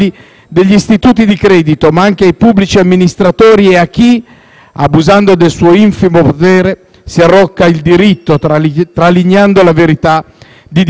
abusando del suo infimo potere, si arroga il diritto, tralignando la verità, di divertirsi giocando con la necessità, le ansie, le emozioni del prossimo,